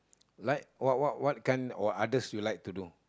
like what what what kind or others you like to do